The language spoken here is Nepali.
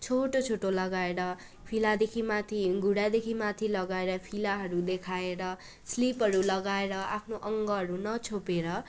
छोटो छोटो लगाएर फिलादेखि माथि घुँडादेखि माथि लगाएर फिलाहरू देखाएर स्लिपहरू लगाएर आफ्नो अङ्गहरू नछोपेर